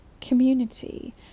community